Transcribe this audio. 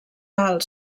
alt